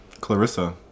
Clarissa